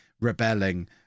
rebelling